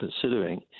considering